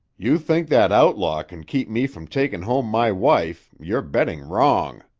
you think that outlaw can keep me from takin' home my wife, you're betting wrong.